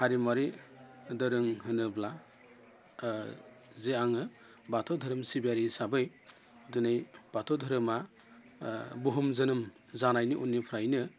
हारिमुवारि दोरों होनोब्ला जि आङो बाथौ धोरोम सिबियारि हिसाबै दिनै बाथौ धोरोमा बुहुम जोनोम जानायनि उननिफ्रायनो